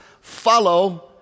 follow